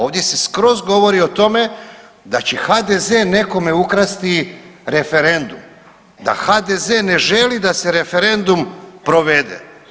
Ovdje se skroz govori o tome da će HDZ nekome ukrasti referendum, da HDZ ne želi da se referendum provede.